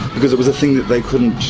because it was a thing they couldn't